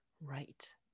right